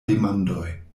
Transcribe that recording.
demandoj